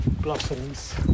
blossoms